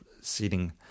seating